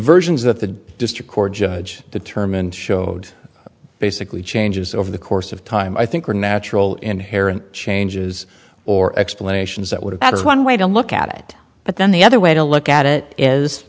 versions that the district court judge determined showed basically changes over the course of time i think are natural inherent changes or explanations that would have added one way to look at it but then the other way to look at it is